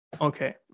Okay